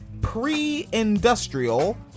pre-industrial